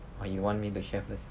or you want me to share first